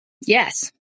Yes